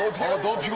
terrible